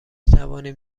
توانیم